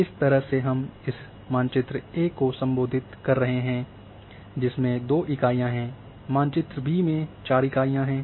इस तरह से हम इस मानचिते ए सम्बोधित कर रहे हैं जिसमें 2 इकाइयाँ हैं मानचित्र बी में 4 इकाइयां हैं